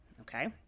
okay